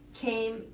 came